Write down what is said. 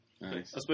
Nice